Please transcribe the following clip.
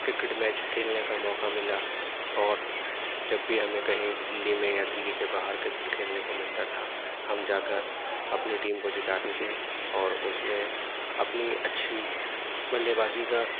cricket match کھلینے کا موقع ملا اور جب بھی ہمیں کہیں دلی میں یا دلی کے باہر کرکٹ کھیلنے کو ملتا تھا ہم جا کر اپنی ٹیم کو جتاتے تھے اور اس میں اپنی اچھی بلے بازی کا